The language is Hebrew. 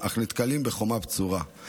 אך נתקלים בחומה בצורה.